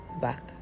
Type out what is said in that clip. back